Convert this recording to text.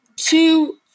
Two